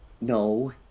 No